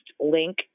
Link